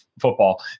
football